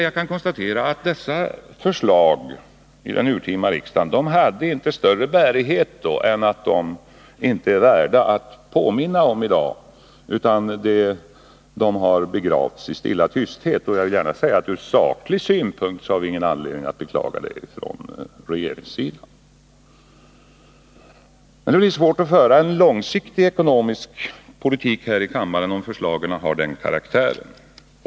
Jag kan konstatera att förslagen vid det urtima riksmötet inte hade större bärighet än att de inte är värda att påminna om i dag. De har begravts i stilla tysthet. Från saklig synpunkt har vi från regeringssidan ingen anledning att beklaga detta. Men det blir svårt att här i kammaren föra en debatt om den långsiktiga ekonomiska politiken om förslagen har den karaktären.